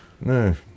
No